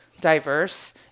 diverse